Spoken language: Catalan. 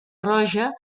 roja